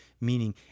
Meaning